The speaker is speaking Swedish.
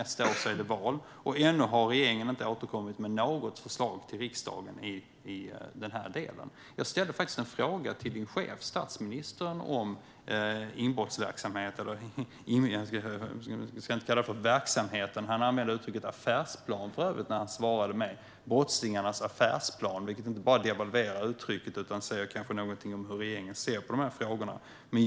Nästa år är det val, och ännu har regeringen inte återkommit med något förslag till riksdagen i den här delen. Jag ställde faktiskt en fråga till statsministern - justitie och inrikesministerns chef - om inbrottsverksamheten, även om vi inte ska kalla det för "verksamheten". Statsministern använde för övrigt uttrycket "brottslingarnas affärsplan" när han svarade mig, vilket inte bara devalverar uttrycket utan kanske säger någonting om hur regeringen ser på de här frågorna.